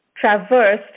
traversed